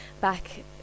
back